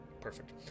Perfect